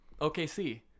OKC